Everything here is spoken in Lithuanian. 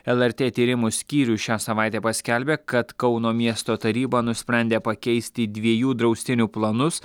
lrt tyrimų skyrius šią savaitę paskelbė kad kauno miesto taryba nusprendė pakeisti dviejų draustinių planus